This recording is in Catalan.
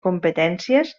competències